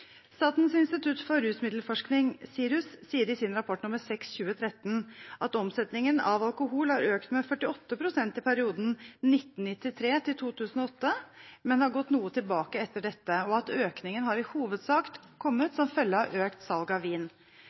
Statens institutt for rusmiddelforskning, SIRUS, sier i sin rapport nr. 6/2013 at omsetningen av alkohol har økt med 48 pst. i perioden 1993–2008, men har gått noe tilbake etter dette, og at økningen har i hovedsak kommet som følge av økt salg av vin.